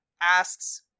asks